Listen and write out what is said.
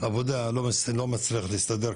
בעבודה לא מצליח להסתדר,